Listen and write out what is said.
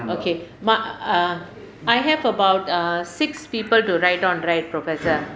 okay my err I have about err six people to write on right professor